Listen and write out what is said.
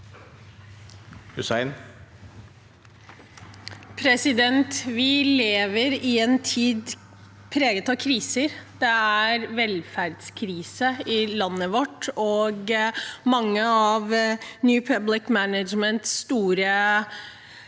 Hussein (SV) Vi lever i en tid preget av kriser. Det er velferdskrise i landet vårt, og mange av New Public Managements store